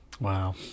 Wow